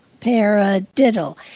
paradiddle